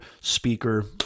speaker